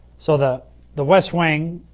so the the west wing